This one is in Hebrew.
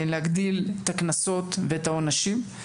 להגדיל את הקנסות ואת העונשים.